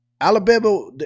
Alabama –